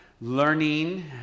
Learning